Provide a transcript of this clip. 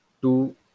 two